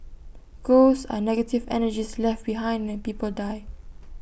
ghosts are negative energies left behind when people die